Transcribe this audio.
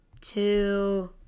two